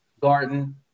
Garden